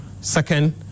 second